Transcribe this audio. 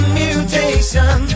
mutation